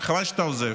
חבל שאתה עוזב.